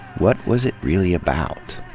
what was it really about?